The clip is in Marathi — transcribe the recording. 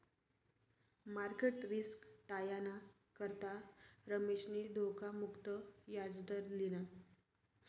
मार्केट रिस्क टायाना करता रमेशनी धोखा मुक्त याजदर लिना